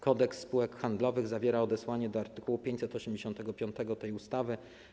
Kodeks spółek handlowych zawiera odesłanie do art. 585 tej ustawy.